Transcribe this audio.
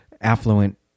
affluent